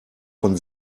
von